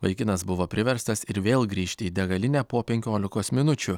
vaikinas buvo priverstas ir vėl grįžti į degalinę po penkiolikos minučių